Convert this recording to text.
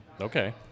Okay